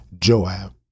Joab